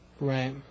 Right